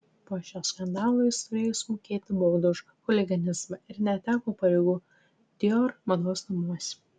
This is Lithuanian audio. po šio skandalo jis turėjo sumokėti baudą už chuliganizmą ir neteko pareigų dior mados namuose